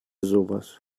sowas